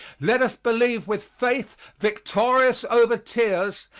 let us believe with faith victorious over tears,